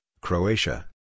Croatia